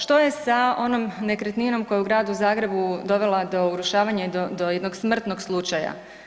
Što je sa onom nekretninom koja je u Gradu Zagrebu dovela do urušavanja i do jednog smrtnog slučaja?